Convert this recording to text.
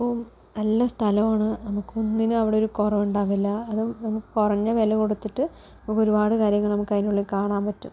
അപ്പോൾ നല്ല സ്ഥലമാണ് നമുക്ക് ഒന്നിനും അവിടെ ഒരു കുറവ് ഉണ്ടാവില്ല അതും നമുക്ക് കുറഞ്ഞ വില കൊടുത്തിട്ട് നമുക്ക് ഒരുപാട് കാര്യങ്ങൾ നമുക്കതിനുള്ളിൽ കാണാൻ പറ്റും